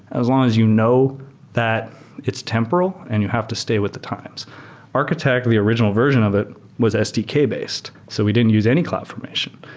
as long as you know that it's temporal and you have to stay with the times architect, the original version of it was sdk-based. so we didn't use any cloud formation.